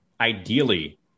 ideally